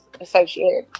associated